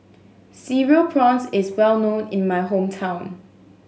Cereal Prawns is well known in my hometown